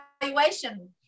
evaluation